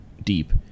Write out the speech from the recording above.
deep